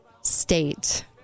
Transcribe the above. State